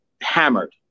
hammered